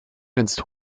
grenzt